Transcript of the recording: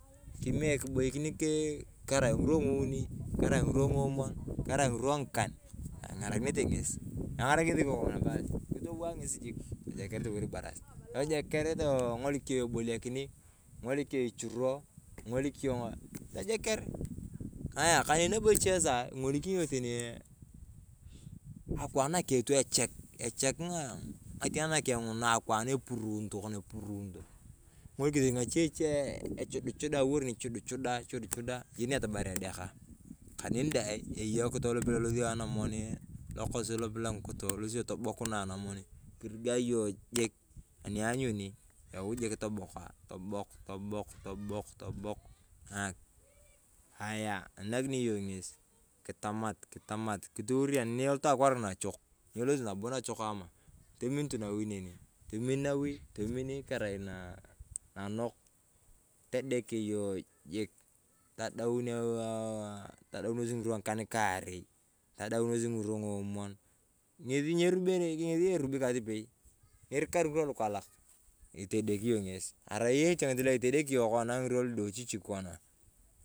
Kimie kibokin kerai ng’irwa ng’uni, kerai ng'irwa ng’umon, kerai ng'irwa ng’ikan, ing’arakinete ng'esi. Kitowaa ng'esi jik tojeker toliwor ibarasit. Tojeker king’olik yong iboliakini. King’olik yong ichuro, king'olik yong'o tojeker. Aya kaneni nabo eche suaa ing'olikini yong teni akwaan keng tu echele echek ng’ating nakeng na akwaan epuuruunito. King’olik yong teni ng’ache echuduchudas teyeni yong atamari edekaa. Kaneni dae, eyei ekitoe lopelem elosio anamani lokosi tobokunae anamoni. Kirigae yong jik, ani iyanyuni tobokaa tobok tobok tobok. Ayaa naak yong ngesi tomat tomat kituurenik nyelot akwaar ng’ina achuk. Nyelosi nabo nacheko amaa. Tomin tu nawi neni. Tomia nawi tomin kerai nanok todek yong jik todaunos aah ng’irwa ng’ikan karei, todaunos ng'irwa ng'omon. Ng'esi nyirobene nyerubi katipei. Nyirikari ng'irwa lukalak itedeki yong ng'esi. Arai etiengit to itedeki yong kona ng'irwa ludochikchik konaa.